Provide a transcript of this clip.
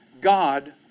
God